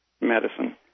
medicine